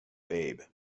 babe